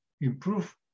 improve